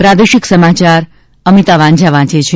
પ્રાદેશિક સમાચાર અમિતા વાંઝા વાંચે છે